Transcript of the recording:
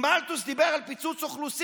אם מלתוס דיבר על פיצוץ אוכלוסין,